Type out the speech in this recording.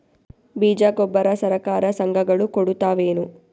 ಬೀಜ ಗೊಬ್ಬರ ಸರಕಾರ, ಸಂಘ ಗಳು ಕೊಡುತಾವೇನು?